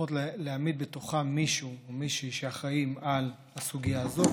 צריכות להעמיד בתוכן מישהו או מישהי שאחראים לסוגיה הזו,